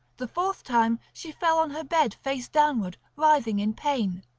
the fourth time she fell on her bed face downward, writhing in pain.